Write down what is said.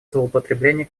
злоупотребление